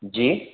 जी